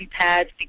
pads